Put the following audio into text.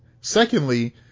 Secondly